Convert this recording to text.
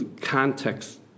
context